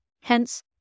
Hence